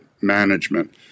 Management